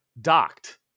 docked